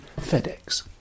FedEx